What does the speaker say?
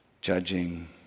judging